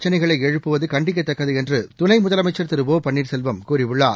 பிரச்சினைகளைஎழுப்புவதுகண்டிக்கத்தக்கதுஎன்றுதுணைமுதலமைச்சர் திரு ஒ பன்னீர்செல்வம் கூறியுள்ளார்